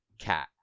cat